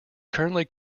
currently